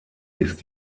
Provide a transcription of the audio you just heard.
ist